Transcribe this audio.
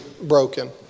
broken